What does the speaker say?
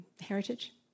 heritage